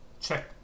check